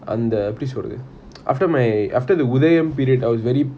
அந்த எப்பிடி சொல்றது:antha epidi solrathu after my after the உதயம்:uthayam period I was very